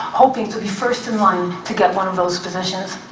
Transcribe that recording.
hoping to be first in line to get one of those positions.